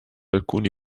alcuni